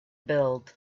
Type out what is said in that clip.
build